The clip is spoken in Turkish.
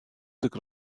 sık